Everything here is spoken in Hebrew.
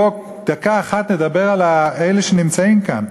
בואו דקה אחת נדבר על אלה שנמצאים כאן.